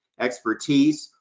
expertise,